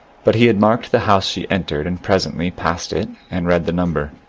but he had marked the house she entered, and presently passed it and read the number.